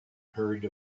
hurried